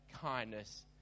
kindness